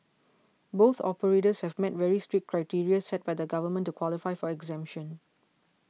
both operators have met very strict criteria set by the government to qualify for exemption